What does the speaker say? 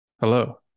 Hello